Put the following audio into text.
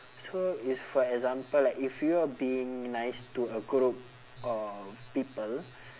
so is for example like if you are being nice to a group of people